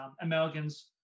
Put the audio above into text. Americans